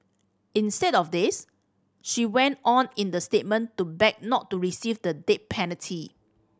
instead of this she went on in the statement to beg not to receive the death penalty